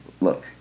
look –